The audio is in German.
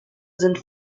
sind